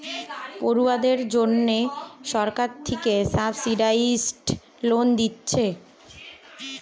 পড়ুয়াদের জন্যে সরকার থিকে সাবসিডাইস্ড লোন দিচ্ছে